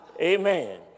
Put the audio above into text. amen